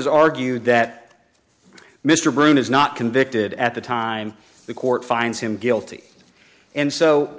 has argued that mr brune is not convicted at the time the court finds him guilty and so